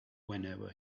whenever